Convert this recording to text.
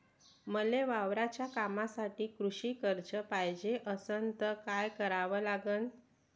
मले वावराच्या कामासाठी कृषी कर्ज पायजे असनं त काय कराव लागन?